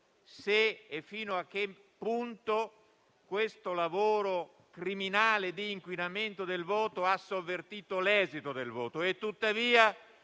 se e fino a che punto questo lavoro criminale di inquinamento del voto ha sovvertito l'esito del voto.